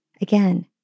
again